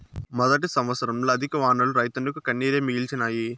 మొదటి సంవత్సరంల అధిక వానలు రైతన్నకు కన్నీరే మిగిల్చినాయి